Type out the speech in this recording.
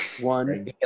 One